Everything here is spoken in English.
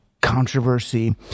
controversy